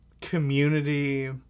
community